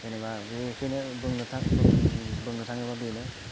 जेनेबा बेखौनो बुंनो थाङोबा बेनो